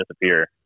disappear